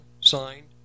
signed